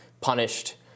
punished